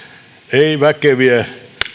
ei väkeviä